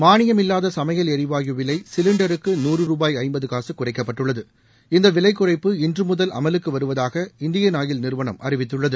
மானியம் இல்லாத சமையல் எரிவாயு விலை சிலிண்டருக்கு நூறு ரூபாய் ஜம்பது காசு குறைக்கப்பட்டுள்ளது இந்த விலை குறைப்பு இன்று முதல் அமலுக்கு வருவதாக இந்தியன் ஆயில் நிறுவனம் அறிவித்துள்ளது